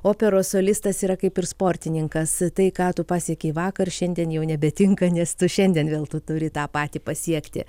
operos solistas yra kaip ir sportininkas tai ką tu pasiekei vakar šiandien jau nebetinka nes tu šiandien vėl tu turi tą patį pasiekti